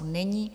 Není.